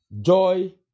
joy